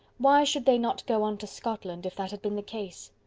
why should they not go on to scotland if that had been the case?